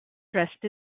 dressed